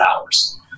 hours